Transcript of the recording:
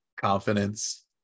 Confidence